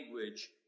language